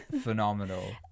phenomenal